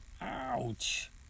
Ouch